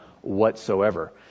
whatsoever